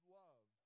love